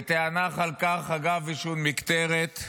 ותיאנח על כך אגב עישון מקטרת.